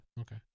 Okay